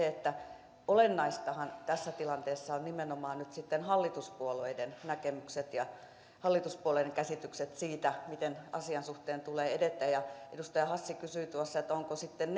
että olennaisiahan tässä tilanteessa ovat nimenomaan nyt sitten hallituspuolueiden näkemykset ja hallituspuolueiden käsitykset siitä miten asian suhteen tulee edetä edustaja hassi kysyi tuossa että onko sitten